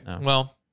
Well-